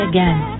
Again